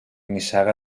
nissaga